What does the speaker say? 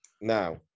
now